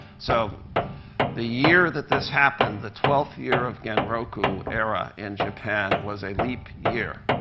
so the year that this happened, the twelfth year of genroku era in japan was a leap year.